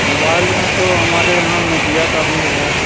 mobile में तो हमारे यहाँ नोकिया का भी है